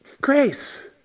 Grace